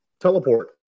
teleport